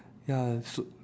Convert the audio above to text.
ya should